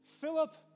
Philip